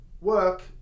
work